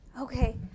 Okay